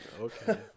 Okay